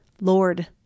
Lord